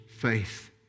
faith